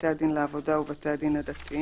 בתי הדין לעבודה ובתי הדין הדתיים.